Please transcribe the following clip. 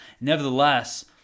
Nevertheless